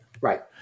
right